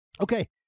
Okay